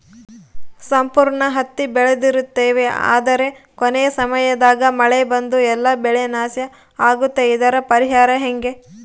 ಸಂಪೂರ್ಣ ಹತ್ತಿ ಬೆಳೆದಿರುತ್ತೇವೆ ಆದರೆ ಕೊನೆಯ ಸಮಯದಾಗ ಮಳೆ ಬಂದು ಎಲ್ಲಾ ಬೆಳೆ ನಾಶ ಆಗುತ್ತದೆ ಇದರ ಪರಿಹಾರ ಹೆಂಗೆ?